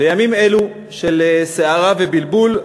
בימים אלו של סערה ובלבול,